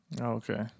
Okay